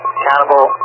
accountable